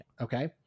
Okay